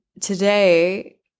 Today